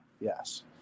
yes